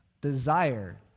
desire